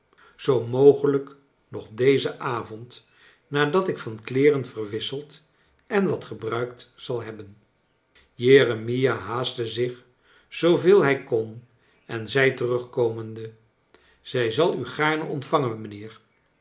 zoo mogelijk nog dezen avond nadat ik van kleeren verwisseld en wat gebruikt zal hebben jeremia haastte zich zooveel hij kon en zei terugkomende zij zal u gaarne ontvangen mijnheer